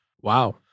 Wow